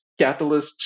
catalysts